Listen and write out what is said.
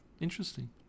interesting